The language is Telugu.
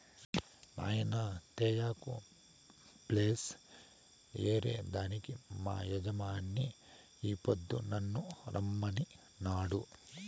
నాయినా తేయాకు ప్లస్ ఏరే దానికి మా యజమాని ఈ పొద్దు నన్ను రమ్మనినాడు